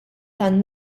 tan